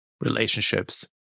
relationships